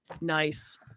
Nice